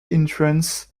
entrance